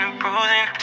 bruising